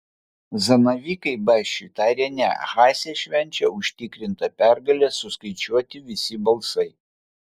zanavykai basčiui tarė ne haase švenčia užtikrintą pergalę suskaičiuoti visi balsai